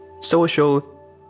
social